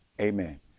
Amen